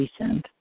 recent